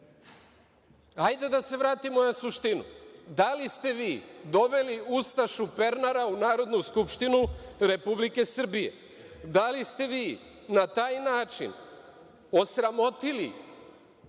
da se vratimo na suštinu. Da li ste vi doveli ustašu Pernara u Narodnu skupštinu RS? Da li ste vi na taj način osramotili